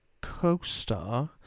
co-star